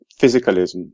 physicalism